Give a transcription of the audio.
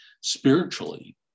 spiritually